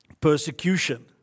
persecution